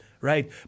right